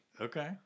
Okay